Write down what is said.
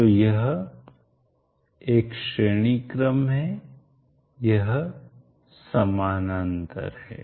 तो यह एक श्रेणी क्रम है यह समानांतर है